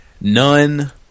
none